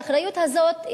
האחריות הזאת,